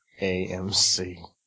AMC